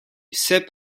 sep